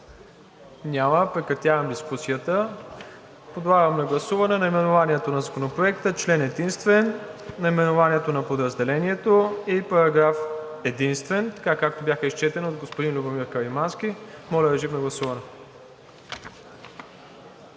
Няма. Прекратявам дискусията. Подлагам на гласуване наименованието на Законопроекта, член единствен, наименованието на подразделението и параграф единствен, така както бяха изчетени от господин Любомир Каримански. Гласували